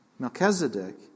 Melchizedek